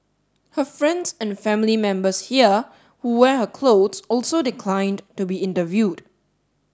her friends and family members here who wear her clothes also declined to be interviewed